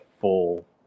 full